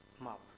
map